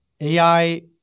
AI